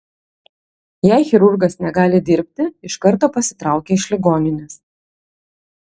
jei chirurgas negali dirbti iš karto pasitraukia iš ligoninės